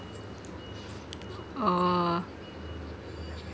oh